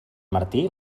martí